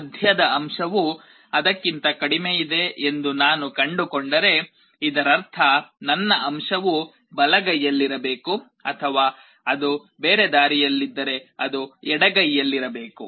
ಮಧ್ಯದ ಅಂಶವು ಅದಕ್ಕಿಂತ ಕಡಿಮೆಯಿದೆ ಎಂದು ನಾನು ಕಂಡುಕೊಂಡರೆ ಇದರರ್ಥ ನನ್ನ ಅಂಶವು ಬಲಗೈಯಲ್ಲಿರಬೇಕು ಅಥವಾ ಅದು ಬೇರೆ ದಾರಿಯಲ್ಲಿದ್ದರೆ ಅದು ಎಡಗೈಯಲ್ಲಿರಬೇಕು